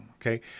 Okay